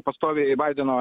pastoviai baideno